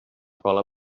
cola